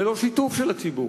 ללא שיתוף של הציבור,